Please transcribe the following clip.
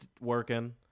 working